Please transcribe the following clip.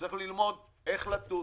צריך ללמוד איך לטוס,